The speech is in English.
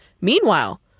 Meanwhile